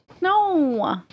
No